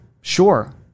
Sure